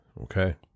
Okay